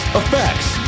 effects